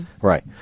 right